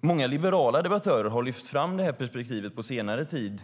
Många liberala debattörer har lyft fram perspektivet på senare tid.